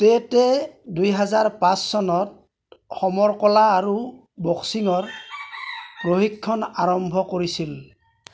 টে' টে দুহেজাৰ পাঁচ চনত সমৰ কলা আৰু বক্সিঙৰ প্ৰশিক্ষণ আৰম্ভ কৰিছিল